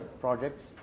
projects